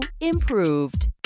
improved